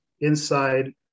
inside